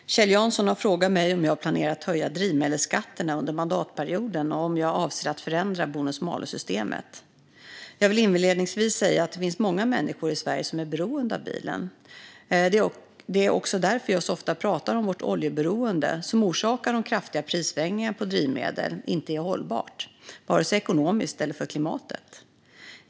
Fru talman! Kjell Jansson har frågat mig om jag planerar att höja drivmedelsskatterna under mandatperioden och om jag avser att förändra bonus-malus-systemet. Jag vill inledningsvis säga att det finns många människor i Sverige som är beroende av bilen. Det är också därför jag så ofta pratar om att vårt oljeberoende, som orsakar de kraftiga prissvängningarna på drivmedel, inte är hållbart, vare sig ekonomiskt eller för klimatet.